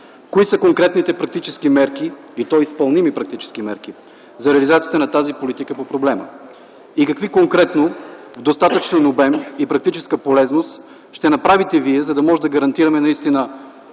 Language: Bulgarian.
Кои са конкретните практически мерки, и то изпълними практически мерки, за реализацията на тази политика по проблема? Какви конкретно в достатъчен обем и практическа полезност ще направите Вие, за да гарантираме наистина